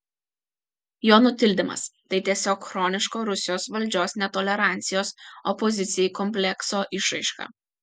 jo nutildymas tai tiesiog chroniško rusijos valdžios netolerancijos opozicijai komplekso išraiška